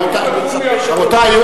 רבותי,